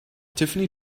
tiffany